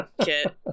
kit